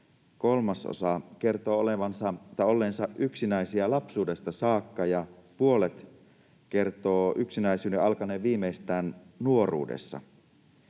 kolmasosa kertoo olleensa yksinäisiä lapsuudesta saakka ja puolet kertoo yksinäisyyden alkaneen viimeistään nuoruudessa.